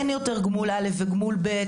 אין יותר גמול א' וגמול ב',